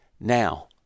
Now